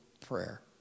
prayer